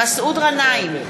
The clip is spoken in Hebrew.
מסעוד גנאים,